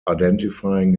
identifying